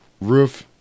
roof